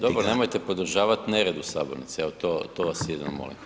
Dobro, nemojte podržavat nered u sabornici, evo to, to vas jedino molim.